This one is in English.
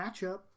matchup